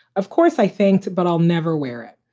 of course, i think. but i'll never wear it.